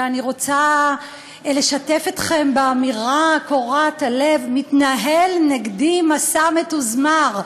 ואני רוצה לשתף אתכם באמירה קורעת הלב: מתנהל נגדי מסע מתוזמר,